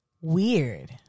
weird